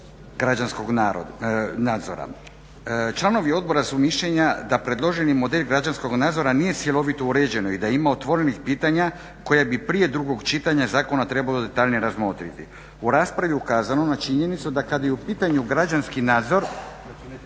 građanskog nadzora članovi Odbora su mišljenja da predloženi model građanskog nadzora nije cjelovito uređeno i da ima otvorenih pitanja koja bi prije drugog čitanja zakona trebalo detaljnije razmotriti. U raspravi je ukazano na činjenicu da kad je u pitanju građanski nadzor